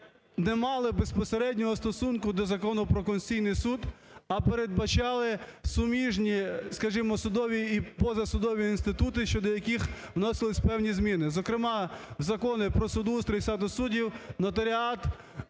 не мали безпосереднього стосунку до Закону "Про Конституційний Суд", а передбачали суміжні, скажімо, судові і позасудові інститути, щодо яких вносилися певні зміни. Зокрема Закони "Про судоустрій і статус суддів", нотаріат